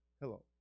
hello